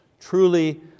Truly